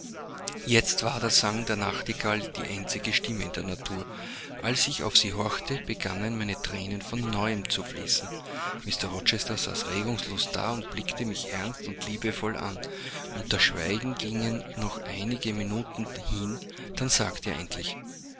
jetzt war der sang der nachtigall die einzige stimme in der natur als ich auf sie horchte begannen meine thränen von neuem zu fließen mr rochester saß regungslos da und blickte mich ernst und liebevoll an unter schweigen gingen noch einige minuten hin dann sagte er endlich